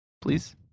Please